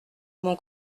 mon